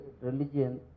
religion